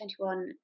2021